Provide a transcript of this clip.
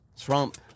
Trump